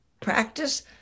practice